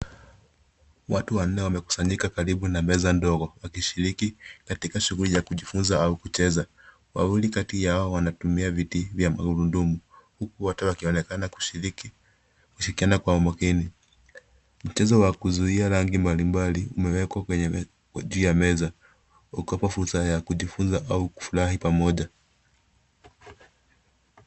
watu wanne wamekusanyika karibu nana meza ndogo wakishiriki katika shughuli ya kujifunza au kucheza. Wawili kati ya nao wanatumia viti vya Magurudumu huku wote wakionekana kashiriki kwa umakini Mteso wa kuzuia rangi mbalimbali umewekwa Kwenye uti wa meza huku wakiwa wanajifunza au kufurahi pamoja.